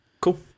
Cool